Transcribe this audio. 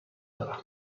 دارم